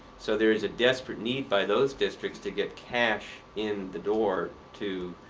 so there is a desperate need by those districts to get cash in the door to,